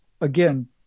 again